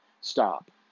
stop